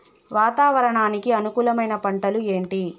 వాతావరణానికి అనుకూలమైన పంటలు ఏంటి?